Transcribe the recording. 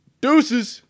Deuces